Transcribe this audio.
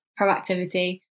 proactivity